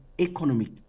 economic